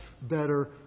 better